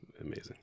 amazing